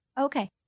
Okay